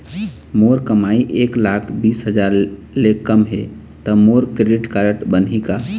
मोर कमाई एक लाख बीस हजार ले कम हे त मोर क्रेडिट कारड बनही का?